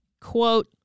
Quote